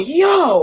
yo